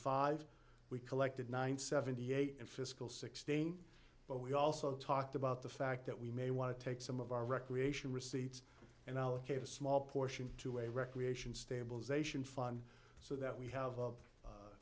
five we collected nine seventy eight in fiscal sixteen but we also talked about the fact that we may want to take some of our recreation receipts and allocate a small portion to a recreation stabilization fund so that we